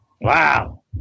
Wow